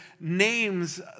names